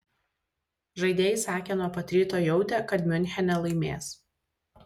žaidėjai sakė nuo pat ryto jautę kad miunchene laimės